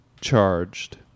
charged